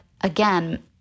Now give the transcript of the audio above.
again